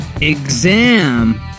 exam